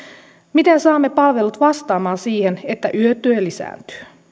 miten saamme palvelut vastaamaan siihen että yötyö lisääntyy